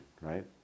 right